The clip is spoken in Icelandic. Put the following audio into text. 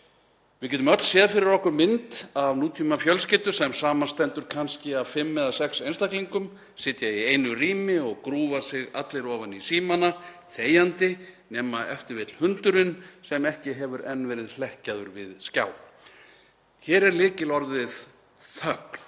Við getum öll séð fyrir okkur mynd af nútímafjölskyldu sem samanstendur kannski af fimm eða sex einstaklingum sem sitja í einu rými og grúfa sig allir ofan í símana þegjandi nema ef til vill hundurinn sem ekki hefur enn verið hlekkjaður við skjá. Hér er lykilorðið þögn.